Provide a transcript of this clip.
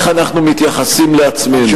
איך אנחנו מתייחסים לעצמנו.